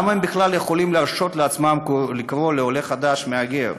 למה הם בכלל יכולים להרשות לעצמם לקרוא לעולה חדש מהגר?